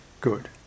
Good